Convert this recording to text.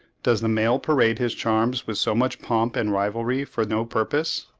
does the male parade his charms with so much pomp and rivalry for no purpose?